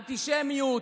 אנטישמיות.